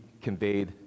conveyed